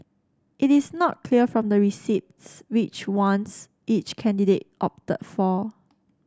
it is not clear from the receipts which ones each candidate opted for